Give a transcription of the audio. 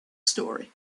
story